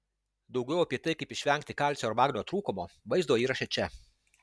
daugiau apie tai kaip išvengti kalcio ir magnio trūkumo vaizdo įraše čia